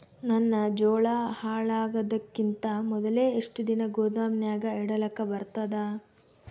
ನನ್ನ ಜೋಳಾ ಹಾಳಾಗದಕ್ಕಿಂತ ಮೊದಲೇ ಎಷ್ಟು ದಿನ ಗೊದಾಮನ್ಯಾಗ ಇಡಲಕ ಬರ್ತಾದ?